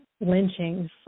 lynchings